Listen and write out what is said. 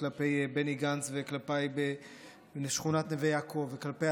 כלפי בני גנץ וכלפיי בשכונת נווה יעקב וכלפי